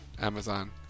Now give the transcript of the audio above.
Amazon